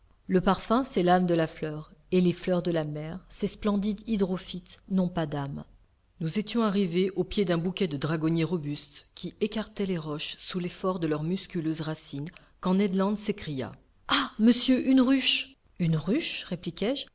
le parfum c'est l'âme de la fleur et les fleurs de la mer ces splendides hydrophytes n'ont pas d'âme nous étions arrivés au pied d'un bouquet de dragonniers robustes qui écartaient les roches sous l'effort de leurs musculeuses racines quand ned land s'écria ah monsieur une ruche une ruche répliquai-je